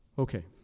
Okay